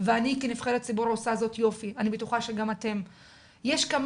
אני אתכם ואני אשמח